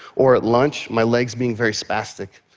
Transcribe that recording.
or at lunch my legs being very spastic,